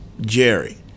Jerry